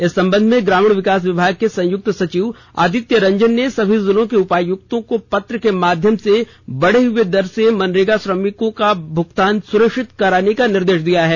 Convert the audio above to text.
इस संबंध में ग्रामीण विकास विभाग के संयुक्त सचिव आदित्य रंजन ने सभी जिलों के उपायुक्तों को पत्र के माध्यम बढे हुए दर से मनरेगा श्रमिकों का भूगतान सुनिश्चित कराने का निर्देश दिया है